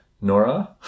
Nora